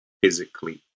physically